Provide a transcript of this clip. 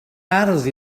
ardd